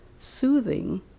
soothing